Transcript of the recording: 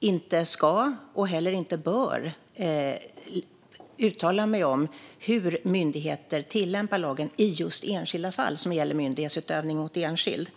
inte ska och heller inte bör uttala mig om hur myndigheter tillämpar lagen i enskilda fall när det gäller myndighetsutövning mot enskild.